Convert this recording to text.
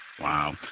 Wow